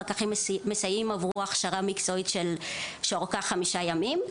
פקחים מסייעים עברו הכשרה מקצועית שאורכה חמישה ימים,